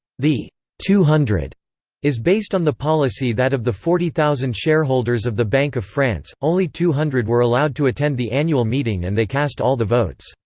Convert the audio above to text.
the two hundred is based on the policy that of the forty thousand shareholders of the bank of france, only two hundred were allowed to attend the annual meeting and they cast all the votes.